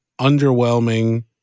underwhelming